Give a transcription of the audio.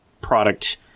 product